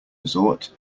resort